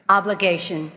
obligation